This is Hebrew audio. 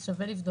אז שווה לבדוק.